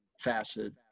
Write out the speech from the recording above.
facet